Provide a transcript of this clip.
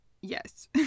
yes